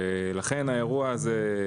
ולכן, האירוע הזה,